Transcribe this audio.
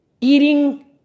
eating